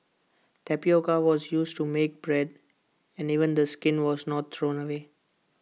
tapioca was used to make bread and even the skin was not thrown away